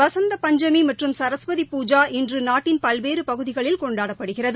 பசந்த பஞ்சமி மற்றும் சரஸ்வதி பூஜா இன்று நாட்டின் பல்வேறு பகுதிகளில் கொண்டாடப்படுகிறது